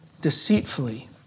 deceitfully